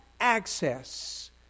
access